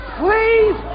please